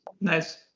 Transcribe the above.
Nice